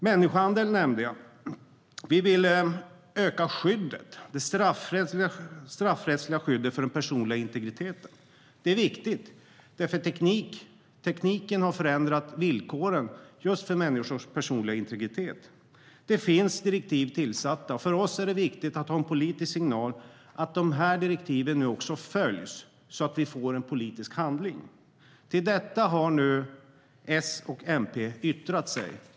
Jag nämnde människohandel. Vi vill öka det straffrättsliga skyddet för den personliga integriteten. Det är viktigt, för tekniken har förändrat villkoren just för människors personliga integritet. Det finns direktiv. För oss är det viktigt att ha en politisk signal om att direktiven nu också följs, så att vi får en politisk handling. När det gäller detta har S och MP yttrat sig.